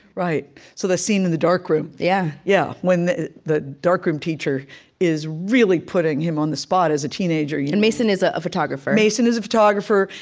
right, so the scene in the darkroom, yeah yeah when the the darkroom teacher is really putting him on the spot, as a teenager yeah and mason is ah a photographer mason is a photographer,